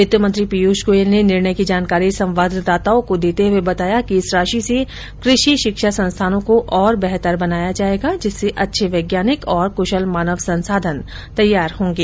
वित्त मंत्री पीयूष गोयल ने निर्णय की जानकारी संवाददाताओं को देते हुये बताया कि इस राशि से कृषि शिक्षा संस्थानों को और बेहतर बनाया जायेगा जिससे अच्छे वैज्ञानिक और कुशल मानव संसाधन तैयार होंगे